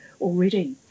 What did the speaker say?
already